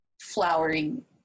flowering